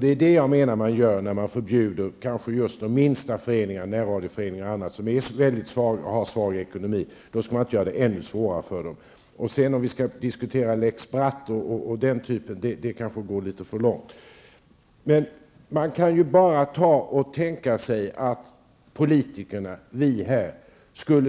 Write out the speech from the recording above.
Det är det man gör när man förbjuder just de minsta föreningarna, som närradioföreningar, som har svag ekonomi. Det går kanske litet för långt om vi börjar diskutera lex Bratt. Men man kan bara tänka sig hur det skulle vara om politikerna, vi här,